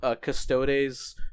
Custodes